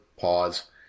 Pause